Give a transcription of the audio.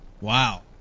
Wow